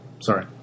Sorry